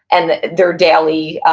and their daily,